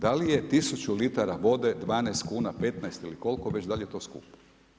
Da li je 1000 litara vode 12 kuna 15, ili koliko već da li je to skupo?